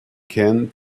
can